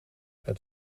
het